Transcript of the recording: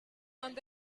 and